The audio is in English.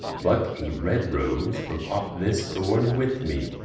pluck a red rose from off this thorne with me